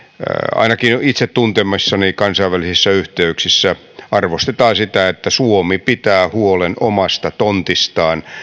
ainakin itse tuntemissani kansainvälisissä yhteyksissä arvostetaan sitä että suomi pitää huolen omasta tontistaan